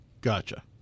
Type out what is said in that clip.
Gotcha